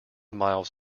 miles